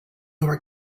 were